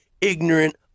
ignorant